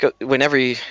whenever